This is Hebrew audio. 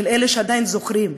של אלה שעדיין זוכרים,